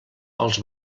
als